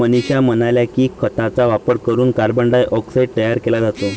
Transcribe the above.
मनीषा म्हणाल्या की, खतांचा वापर करून कार्बन डायऑक्साईड तयार केला जातो